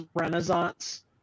Renaissance